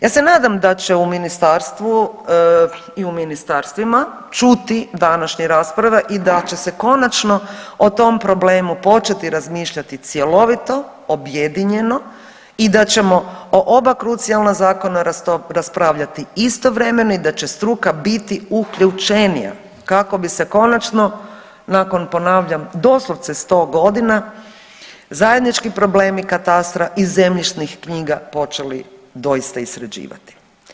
Ja se nadam da će u ministarstvu i ministarstvima čuti današnje rasprave i da će se konačno o tom problemu početi razmišljati cjelovito, objedinjeno i da ćemo o oba krucijalna zakona raspravljati istovremeno i da će struka biti uključenija kao bi se konačno nakon ponavljam doslovce 100 godina zajednički problemi katastra i zemljišnih knjiga počeli doista i sređivati.